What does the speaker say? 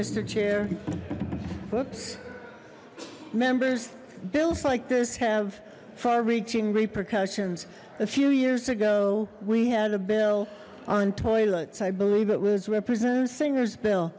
whoops members bills like this have far reaching repercussions a few years ago we had a bill on toilets i believe it was representative singers bill